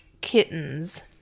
Kittens